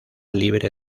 libre